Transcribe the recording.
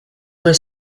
were